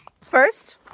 first